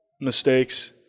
mistakes